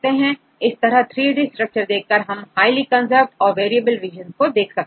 इस तरह आप 3D स्ट्रक्चर देखकर हाईली कंजर्व्ड और वेरिएबल रीजन देख सकते हैं